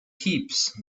heaps